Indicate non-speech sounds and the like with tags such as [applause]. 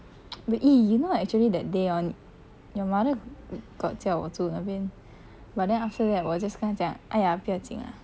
[noise] but eh you know actually that day hor your mother got 叫我住那边 but then after that 我 just 跟她讲哎呀不要紧啦